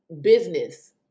business